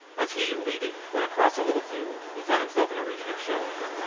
as he, leading, went across a little field, he found himself in a region of shells.